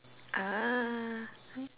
ah